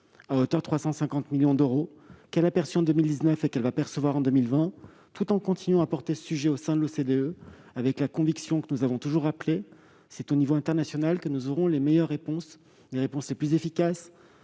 à hauteur de 350 millions d'euros, qu'elle a perçue en 2019 et qu'elle va percevoir en 2020, tout en continuant à porter ce sujet au sein de l'OCDE, avec la conviction toujours renouvelée que c'est au niveau international que nous aurons les meilleures réponses- les plus efficaces,